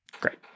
Great